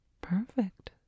perfect